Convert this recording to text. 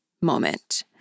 moment